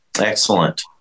Excellent